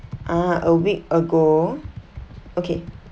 ah a week ago okay